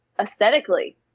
aesthetically